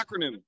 acronym